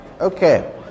okay